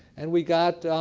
and we got,